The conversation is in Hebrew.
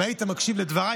אם היית מקשיב לדבריי,